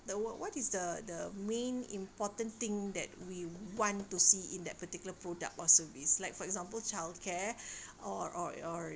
the what what is the the main important thing that we want to see in that particular product or service like for example childcare or or or